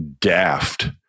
daft